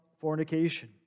fornication